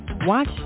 Watch